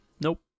nope